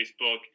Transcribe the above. Facebook